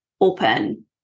open